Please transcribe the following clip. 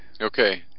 Okay